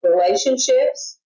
relationships